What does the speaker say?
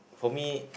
for me